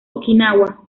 okinawa